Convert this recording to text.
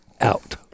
out